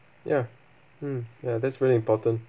ya mm ya that's really important